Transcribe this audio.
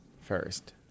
first